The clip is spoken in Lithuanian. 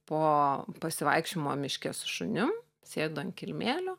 po pasivaikščiojimo miške su šuniu sėdu ant kilimėlio